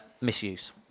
misuse